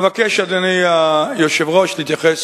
אבקש, אדוני היושב-ראש, להתייחס